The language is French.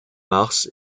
mars